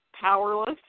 powerless